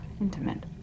intimate